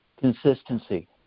Consistency